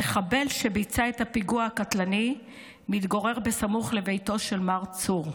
המחבל שביצע את הפיגוע הקטלני מתגורר בסמוך לביתו של מר צור.